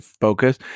focus